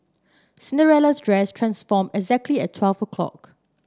Cinderella's dress transformed exactly at twelve o'clock